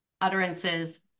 utterances